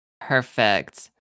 Perfect